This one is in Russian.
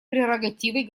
прерогативой